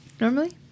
normally